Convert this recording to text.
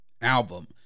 album